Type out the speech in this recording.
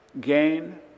gain